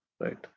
Right